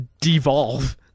devolve